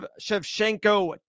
shevchenko